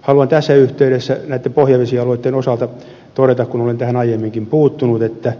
haluan tässä yhteydessä näitten pohjavesialueitten osalta todeta kun olen tähän aiemminkin puuttunut että